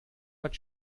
hört